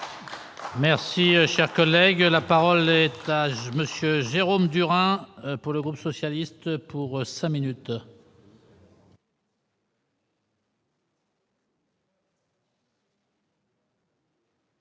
Merci, cher collègue, la parole Monsieur Jérôme Durand pour le groupe socialiste pour sa minute.